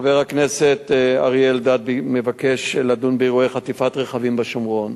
חבר הכנסת אריה אלדד מבקש לדון באירועי חטיפת רכבים בשומרון.